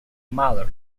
mahler